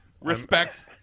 Respect